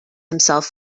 himself